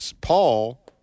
Paul